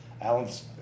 Alan's